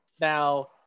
Now